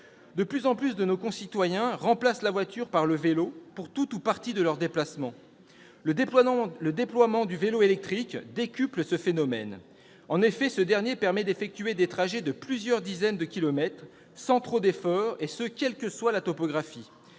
De plus en plus de nos concitoyens remplacent la voiture par le vélo pour tout ou partie de leurs déplacements. Le déploiement du vélo électrique décuple ce phénomène. En effet, il permet d'effectuer sans trop d'efforts des trajets de plusieurs dizaines de kilomètres, quelle que soit la topographie.